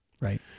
Right